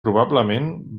probablement